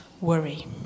worry